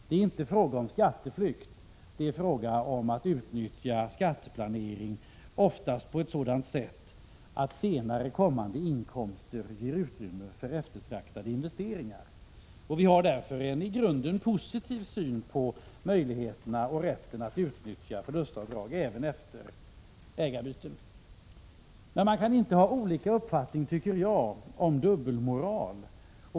Det är inte fråga om skatteflykt utan om att utnyttja möjligheterna till skatteplanering, ofta på ett sådant sätt att inkomster i ett senare skede kan ge utrymme för eftertraktade investeringar. Vi har därför en i grunden positiv syn på möjligheterna och rätten att utnyttja förlustavdrag även efter ägarbyten. Men man kan enligt min mening inte ha olika uppfattning om dubbelmoral.